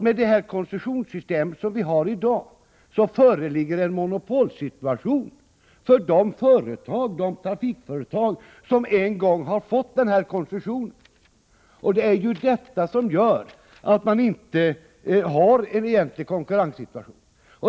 Med det koncessionssystem vi i dag har föreligger en monopolsituation för det trafikföretag som en gång har fått koncessionen. Det är det som gör att man inte har någon konkurrenssituation.